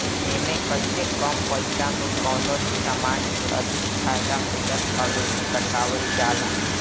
एमे कइसे कम पईसा में कवनो भी समान के अधिक फायदा मिलत हवे इ बतावल जाला